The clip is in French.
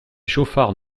chauffards